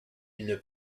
une